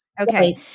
Okay